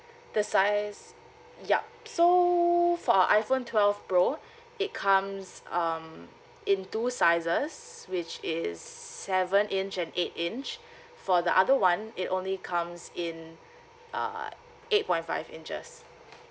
the size yup so for iphone twelve pro it comes um in two sizes which is seven inch and eight inch for the other one it only comes in err eight point five inches